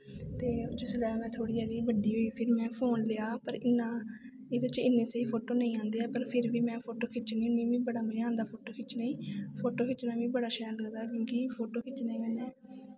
ते जिसलै में थोह्ड़ी हारी बड्डी होई फिर मैं फोन लेआ पर इ'यां एह्दे च इन्नी स्हेई फोटो निं आंदी ऐ पर फिर बी में फोटो खिच्चनी होन्नीं मिगी बड़ा मजा आंदा फोटो खिच्चने गी फोटो खिच्चना मिगी बड़ा शैल लगदा क्योंकि फोटो खिच्चने कन्नै